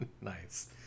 Nice